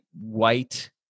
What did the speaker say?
white